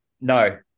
No